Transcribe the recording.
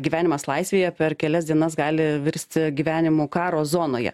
gyvenimas laisvėje per kelias dienas gali virsti gyvenimu karo zonoje